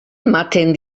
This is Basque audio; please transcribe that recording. ematen